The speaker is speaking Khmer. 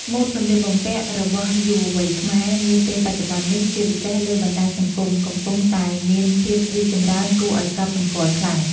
ម៉ូដសម្លៀកបំពាក់របស់យុវវ័យខ្មែរនាពេលបច្ចុប្បន្ននេះ ជាពិសេសលើបណ្ដាញសង្គម កំពុងតែមានភាពរីកចម្រើនគួរឲ្យកត់សម្គាល់ខ្លាំង។